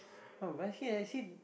oh basket I see